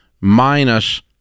minus